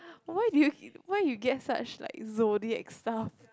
why do you why you get such like zodiac stuff